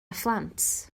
phlant